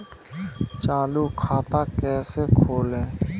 चालू खाता कैसे खोलें?